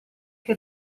che